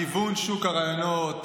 כיוון שוק הרעיונות,